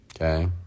okay